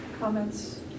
comments